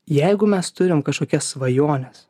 jeigu mes turim kažkokias svajones